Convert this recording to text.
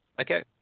Okay